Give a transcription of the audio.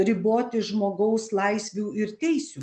riboti žmogaus laisvių ir teisių